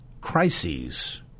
crises